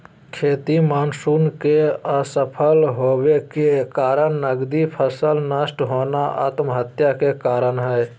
खेती मानसून के असफल होबय के कारण नगदी फसल नष्ट होना आत्महत्या के कारण हई